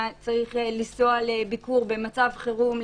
צריך לנסוע לביקור במצב חירום,